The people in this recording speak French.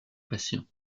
patient